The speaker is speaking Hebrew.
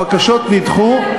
הבקשות נדחו.